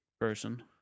person